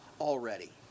already